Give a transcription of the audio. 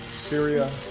Syria